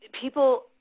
people